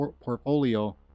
portfolio